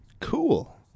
Cool